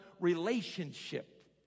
relationship